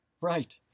Right